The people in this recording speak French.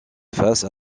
faces